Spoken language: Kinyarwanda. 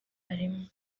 arimo